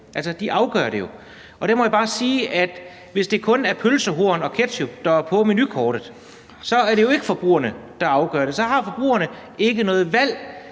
forbrugerne afgør det jo ikke. Der må jeg bare sige, at hvis det kun er pølsehorn og ketchup, der er på menukortet, så er det jo ikke forbrugerne, der afgør det. Så har forbrugerne ikke noget valg.